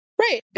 Right